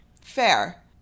Fair